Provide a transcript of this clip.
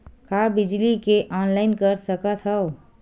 का बिजली के ऑनलाइन कर सकत हव?